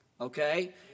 okay